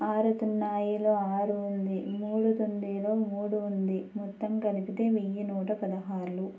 ఆరుతున్నాయిలో ఆరు ఉంది మూడుతుందిలో మూడు ఉంది మొత్తం కలిపితే వెయ్యి నూట పదహార్లు